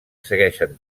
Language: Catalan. segueixen